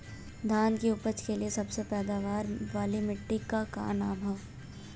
धान की उपज के लिए सबसे पैदावार वाली मिट्टी क का नाम ह?